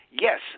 Yes